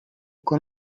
con